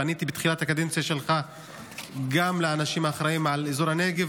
פניתי בתחילת הקדנציה שלך גם לאנשים האחראים לאזור הנגב,